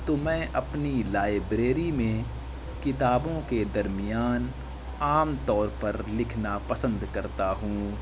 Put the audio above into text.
تو میں اپنی لائبریری میں کتابوں کے درمیان عام طور پر لکھنا پسند کرتا ہوں